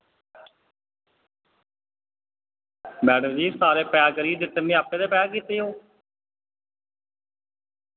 madam ji सारे pack करियै दित्ते मैं आप्पे ते पैक कीते ओह्